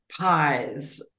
pies